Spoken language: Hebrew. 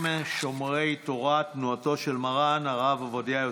מאת חברת הכנסת מיכל וולדיגר,